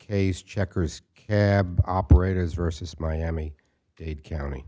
case checkers cab operators versus miami dade county